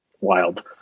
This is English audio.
wild